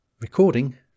Recording